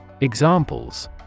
Examples